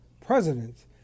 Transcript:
presidents